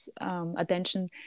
attention